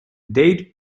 date